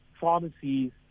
pharmacies